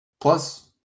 Plus